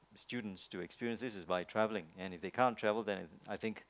students to experience it is by traveling and if they can't travel then I think